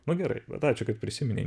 nu gerai bet ačiū kad prisiminei